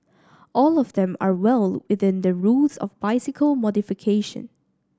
all of them are well within the rules of bicycle modification